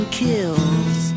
kills